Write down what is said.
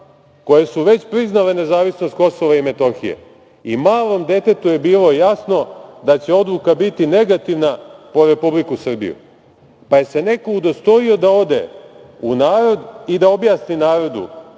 koje su već priznale nezavisnost Kosova i Metohije? I malom detetu je bilo jasno da će odluka biti negativna po Republiku Srbiju. Pa, jel se neko udostojio da ode u narod i da objasni narodu